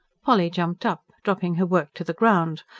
polly jumped up, dropping her work to the ground.